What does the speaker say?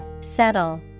Settle